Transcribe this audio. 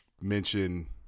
mention